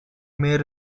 may